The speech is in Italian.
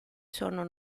sono